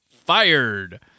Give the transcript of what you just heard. fired